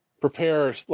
prepare